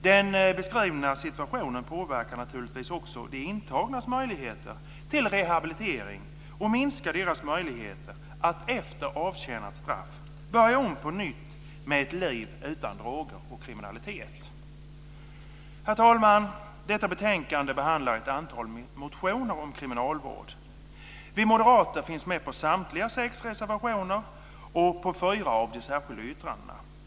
Den beskrivna situationen påverkar naturligtvis också de intagnas möjlighet till rehabilitering och minskar deras möjligheter att efter avtjänat straff börja om på nytt med ett liv utan droger och kriminalitet. Herr talman! Detta betänkande behandlar ett antal motioner om kriminalvård. Vi moderater finns med på samtliga sex reservationer och på fyra av de särskilda yttrandena.